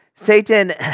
Satan